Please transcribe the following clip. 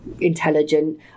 intelligent